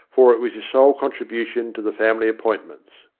for it was his sole contribution to the family appoint ments.